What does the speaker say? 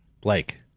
Blake